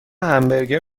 همبرگر